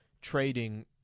trading